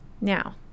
Now